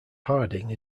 harding